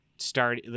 start